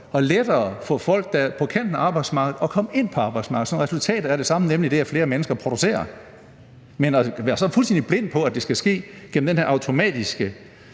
og lettere for folk, der er på kanten af arbejdsmarkedet, at komme ind på arbejdsmarkedet, sådan at resultatet er det samme, nemlig det, at flere mennesker producerer. Men at være sådan fuldstændig blind på, at det skal ske gennem den her – som de